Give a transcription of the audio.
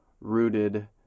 rooted